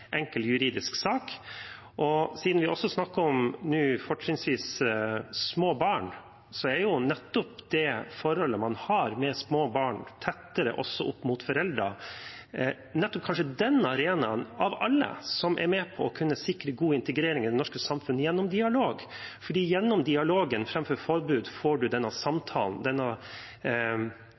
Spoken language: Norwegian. enkel juridisk sak. Siden vi nå snakker om fortrinnsvis små barn, er jo det forholdet man har til små barn som er tettere knyttet til foreldrene, kanskje nettopp den arenaen, av alle, som er med på å kunne sikre god integrering i det norske samfunnet gjennom dialog. For gjennom dialogen, framfor forbud, får man denne samtalen – denne